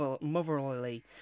motherly